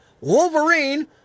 Wolverine